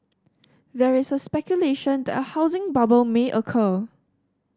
there is a speculation that a housing bubble may occur